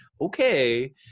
okay